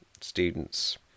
students